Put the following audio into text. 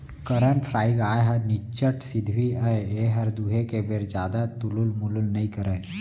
करन फ्राइ गाय ह निच्चट सिधवी अय एहर दुहे के बेर जादा तुलुल मुलुल नइ करय